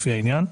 לפי העניין,